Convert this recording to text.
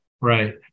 right